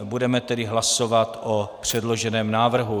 Budeme tedy hlasovat o předloženém návrhu.